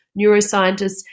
neuroscientists